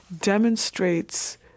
demonstrates